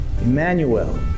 Emmanuel